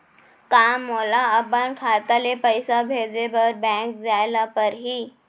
का मोला अपन खाता ले पइसा भेजे बर बैंक जाय ल परही?